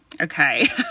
okay